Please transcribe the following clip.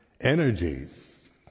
energies